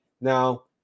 Now